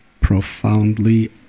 profoundly